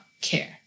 care